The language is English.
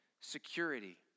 security